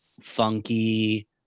funky